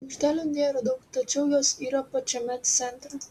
aikštelių nėra daug tačiau jos yra pačiame centre